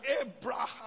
Abraham